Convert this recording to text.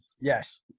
Yes